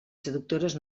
seductores